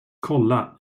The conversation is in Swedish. kolla